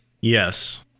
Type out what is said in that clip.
Yes